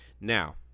Now